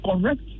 correct